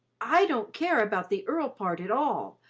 i don't care about the earl part at all.